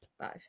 five